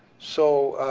so,